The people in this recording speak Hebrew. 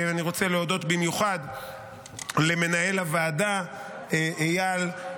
אני רוצה להודות במיוחד למנהל הוועדה איל,